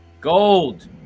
gold